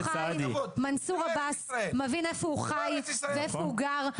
מנסור עבאס מבין איפה הוא חי ואיפה הוא גר,